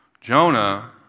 Jonah